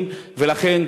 ולכן,